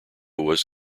was